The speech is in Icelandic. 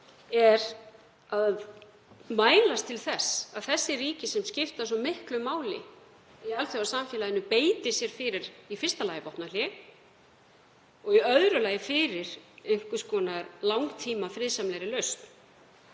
er að mælast til þess að þessi ríki, sem skipta svo miklu máli í alþjóðasamfélaginu, beiti sér í fyrsta lagi fyrir vopnahléi og í öðru lagi fyrir einhvers konar langtíma friðsamlegri lausn.